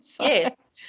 Yes